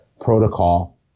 protocol